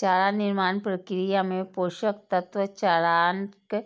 चारा निर्माण प्रक्रिया मे पोषक तत्व, चाराक